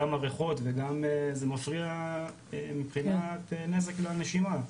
גם הריחות וגם זה מפריע מבחינת נזק לנשימה.